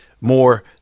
more